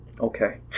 okay